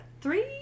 three